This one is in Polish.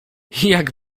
jak